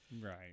right